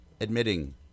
admitting